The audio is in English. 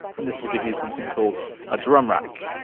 and this will give you something called a drum rack.